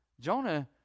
Jonah